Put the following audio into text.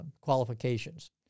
qualifications